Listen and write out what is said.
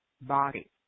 body